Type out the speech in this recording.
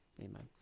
Amen